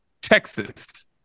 Texas